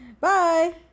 Bye